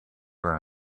her